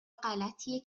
غلطیه